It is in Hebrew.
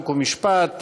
חוק ומשפט,